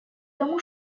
тому